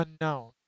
unknown